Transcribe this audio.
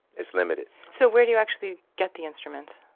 it's limited so where do you actually get the instruments?